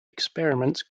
experiments